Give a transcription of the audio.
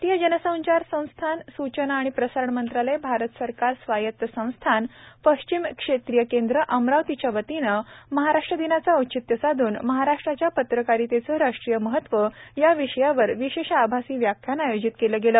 भारतीय जन संचार भारतीय जन संचार संस्थान सूचना व प्रसारण मंत्रालय भारत सरकार स्वायत संस्थान पश्चिम क्षेत्रीय केंद्र अमरावतीच्यावतीनं महाराष्ट्र दिनाचं औचित्य साध्न महाराष्ट्राच्या पत्रकारितेचं राष्ट्रीय महत्व विषयावर विशेष आभासी व्याख्यान आयोजित केलं गेलं